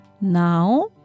Now